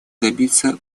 добиться